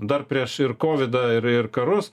dar prieš ir kovidą ir ir karus